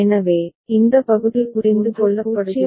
எனவே இந்த பகுதி புரிந்து கொள்ளப்படுகிறது சரி